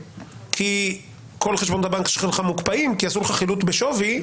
כי כל החשבונות שלך בבנק מוקפאים כי עשו לך חילוט בשווי,